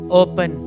open